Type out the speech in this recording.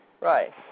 Right